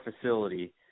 facility